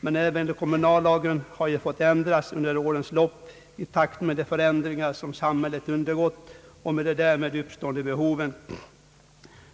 Men även kommunallagen har ju fått ändras under årens lopp i takt med de förändringar som samhället undergått och med de därmed uppstående behoven.